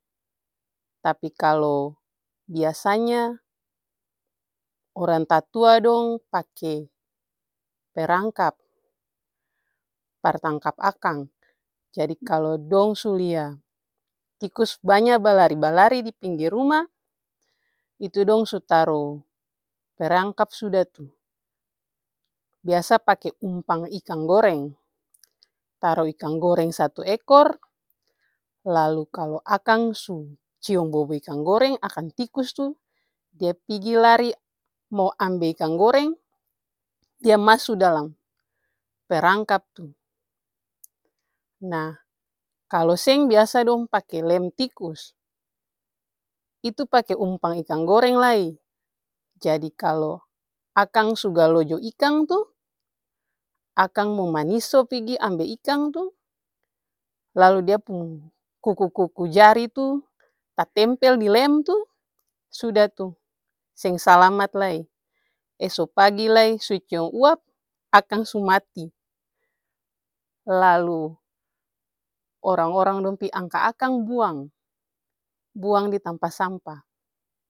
Tapi kalu biasanya orang tatua dong pake perangkap par tangkap akang. Jadi kalu dong su lia tikus banya balari dipinggir ruma, itu dong su taru perangkap suda tuh. Biasa pake umpang ikang goreng, taru ikang goreng satu ekor, lalu kalu akang su ciom bobou ikang goreng akang tikus tuh dia pigi lari mo ambel ikang goreng dia masu dalam perangkap tuh. Nah kalu seng dong biasa pake lem tikus, itu pake umpang ikang goreng lai. Jadi kalu akang su galojo ikang tuh akang mo maniso pigi ambel ikang tuh lalu dia pung kuku-kuku jari tuh tatempel dilem tuh sudah tuh seng salamat lai, eso pagi lai su ciom uap akang su mati. Lalu orang-orang pi angka akang buang, buang ditampa sampa.